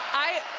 i